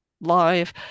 live